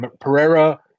Pereira